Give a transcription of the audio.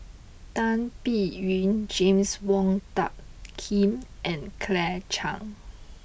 Tan Biyun James Wong Tuck Yim and Claire Chiang